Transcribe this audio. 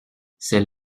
celle